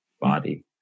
body